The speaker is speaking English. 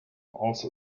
also